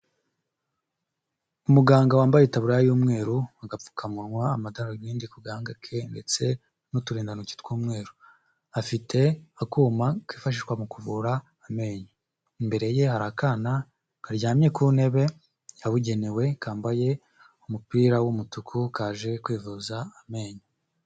Umuganga wambaye itaburiya y'umweru, agapfukamunwa, amadarubindi ku gahanga ke ndetse n'uturindantoki tw'umweru, afite akuma kifashishwa mu kuvura amenyo, imbere ye hari akana karyamye ku ntebe yabugenewe, kambaye umupira w'umutuku kaje kwivuza amenyo.